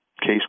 Case